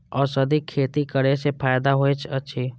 औषधि खेती करे स फायदा होय अछि?